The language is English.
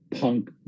punk